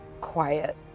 quiet